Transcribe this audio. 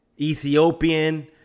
Ethiopian